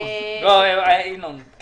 לא בטוח, זאת ההערכה שלי.